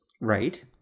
Right